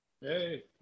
Hey